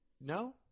No